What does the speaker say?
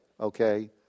okay